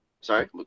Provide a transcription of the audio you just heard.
Sorry